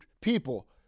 people